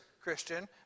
Christian